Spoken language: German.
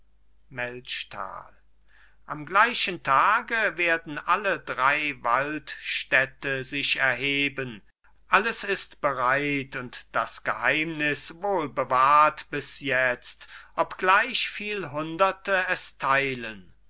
am gleichen tage werden alle drei waldstätte sich erheben alles ist bereit und das geheimnis wohlgewahrt bis jetzt obgleich viel hunderte es teilen